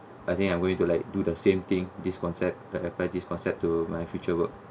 I think I'm going to like do the same thing this concept I apply this concept to my future work